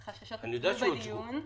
החששות הוצגו בדיון.